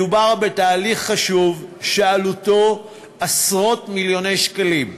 מדובר בתהליך חשוב, שעלותו עשרות-מיליוני שקלים.